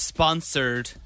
Sponsored